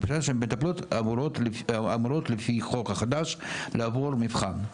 מבחינה של מטפלות אמורות לפי החוק החדש לעבור מבחן.